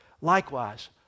Likewise